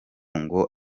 ngo